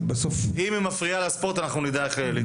אם היא מפריעה לספורט, אנחנו נדע איך לטפל.